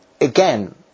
Again